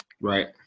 Right